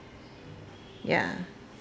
ya